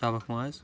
تَبَکھ ماز